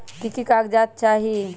की की कागज़ात चाही?